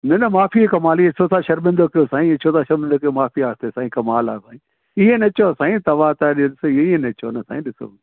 न न माफ़ी उहो कमाल इएं छो था शर्मिंदो कयो साईं इएं छो था शर्मिंदो कियो कमाल आहे भाई इएं न चओ साईं तव्हां त ॾिस इएं न चओ न साईं ॾिसो